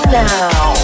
now